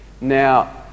Now